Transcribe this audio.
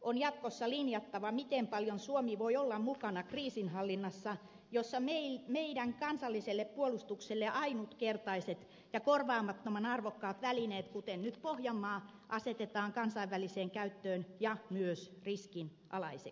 on jatkossa linjattava miten paljon suomi voi olla mukana kriisinhallinnassa jossa meidän kansalliselle puolustukselle ainutkertaiset ja korvaamattoman arvokkaat välineet kuten nyt pohjanmaa asetetaan kansainväliseen käyttöön ja myös riskin alaisiksi